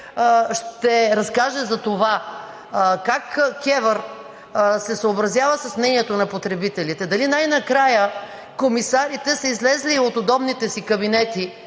ще разкаже за това как КЕВР се съобразява с мнението на потребителите, дали най-накрая комисарите са излезли от удобните си кабинети